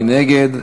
מי נגד?